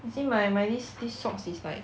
you see my my this socks is like